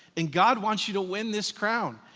and god wants you to win this crown.